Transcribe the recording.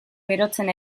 berotzen